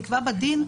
שנקבע בדין,